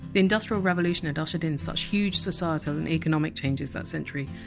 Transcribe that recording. the industrial revolution had ushered in such huge societal and economic changes that century,